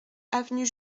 avenue